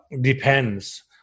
depends